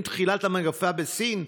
עם תחילת המגיפה בסין,